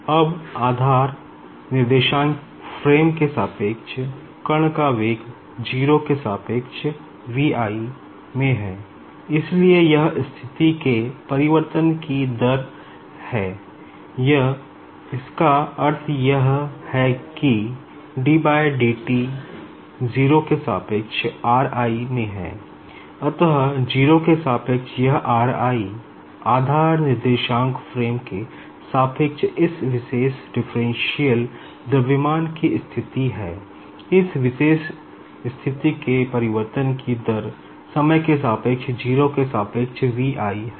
अब कण कीकाइनेटिक एनर्जी की स्थिति है और इस विशेष स्थिति के परिवर्तन की दर समय के सापेक्ष 0 के सापेक्ष V i है